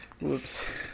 Whoops